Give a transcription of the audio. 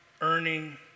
earning